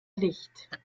licht